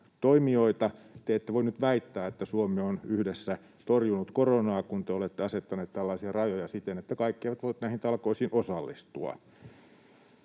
Te ette voi nyt väittää, että Suomi on yhdessä torjunut koronaa, kun te olette asettaneet tällaisia rajoja siten, että kaikki eivät voi näihin talkoisiin osallistua.